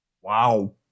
Wow